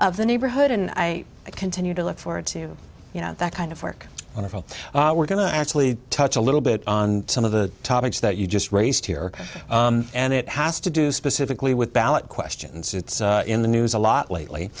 of the neighborhood and i continue to look forward to you know that kind of work on a full we're going to actually touch a little bit on some of the topics that you just raised here and it has to do specifically with ballot questions it's in the news a lot lately